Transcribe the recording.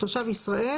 "תושב ישראל"